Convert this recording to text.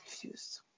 confused